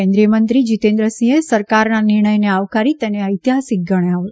કેન્દ્રિયમંત્રી જીતેન્દ્રસિંહે સરકારના નિર્ણયને આવકારી તેને ઐતિહાસિક દિવસ ગણાવ્યો